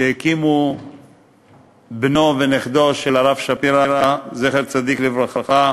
שהקימו בנו ונכדו של הרב שפירא, זכר צדיק לברכה,